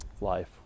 life